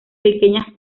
pequeñas